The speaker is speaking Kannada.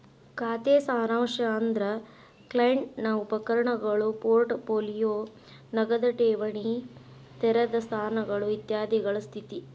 ಖಾತೆ ಸಾರಾಂಶ ಅಂದ್ರ ಕ್ಲೈಂಟ್ ನ ಉಪಕರಣಗಳು ಪೋರ್ಟ್ ಪೋಲಿಯೋ ನಗದ ಠೇವಣಿ ತೆರೆದ ಸ್ಥಾನಗಳು ಇತ್ಯಾದಿಗಳ ಸ್ಥಿತಿ